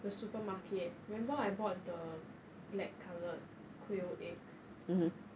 the supermarket remember I bought the black coloured quail eggs